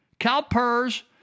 CalPERS